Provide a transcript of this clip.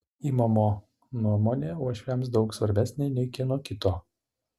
imamo nuomonė uošviams daug svarbesnė nei kieno kito